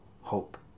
hope